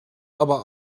aber